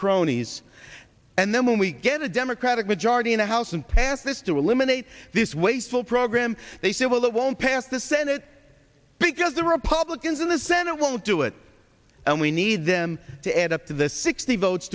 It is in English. cronies and then when we get a democratic majority in the house and pass this through a limited this wasteful program they say well it won't pass the senate because the republicans in the senate won't do it and we need them to add up the sixty votes